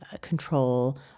control